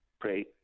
Pray